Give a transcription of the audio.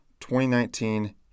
2019